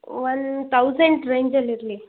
ಒಂದು ತೌಸಂಡ್ ರೇಂಜಲ್ಲಿ ಇರಲಿ